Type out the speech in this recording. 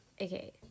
Okay